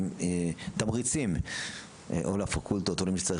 עם תמריצים או לפקולטות או למי שצריך